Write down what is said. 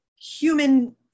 human